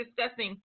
discussing